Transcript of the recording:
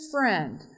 friend